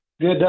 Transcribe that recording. Good